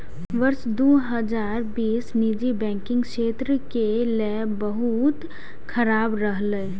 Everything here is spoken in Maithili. वर्ष दू हजार बीस निजी बैंकिंग क्षेत्र के लेल बहुत खराब रहलै